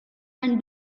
and